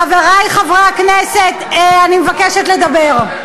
חברי חברי הכנסת, אני מבקשת לדבר.